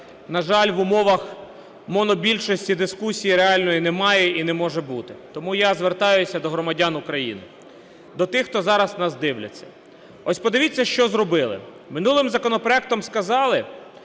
на жаль, в умовах монобільшості дискусії реальної немає і не може бути. Тому я звертаюсь до громадян України, до тих, хто зараз нас дивляться. Ось подивіться, що зробили. Минулим законопроектом сказали,